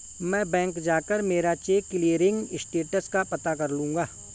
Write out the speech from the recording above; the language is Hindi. मैं बैंक जाकर मेरा चेक क्लियरिंग स्टेटस का पता कर लूँगा